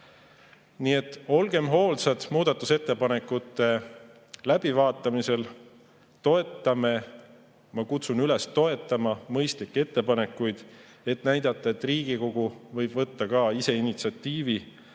Nii et olgem hoolsad muudatusettepanekute läbivaatamisel! Ma kutsun üles toetama mõistlikke ettepanekuid, et näidata, et Riigikogu võib võtta initsiatiivi ja